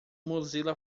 mozilla